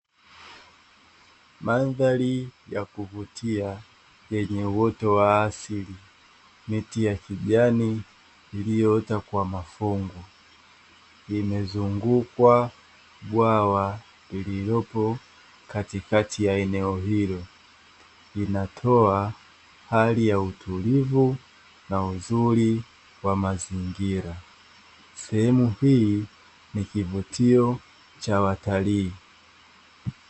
Mandhari ya kuvutia yenye uoto wa asili, miti ya kijani iliyoota kwa mafungu, imezungukwa bwawa lililopo katikati ya eneo hilo. Inatoa hali ya utulivu na uzuri wa mazingira. Sehemu hii ni kivutio cha watalii.